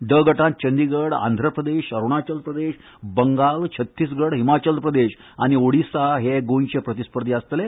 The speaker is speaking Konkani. ड गटांत चंदीगड आंध्र प्रदेश अरुणाचल प्रदेश बंगाल छत्तीसगड हिमाचल प्रदेश आनी ओडिसा हे गोंयचे प्रतिस्पर्धी आसतले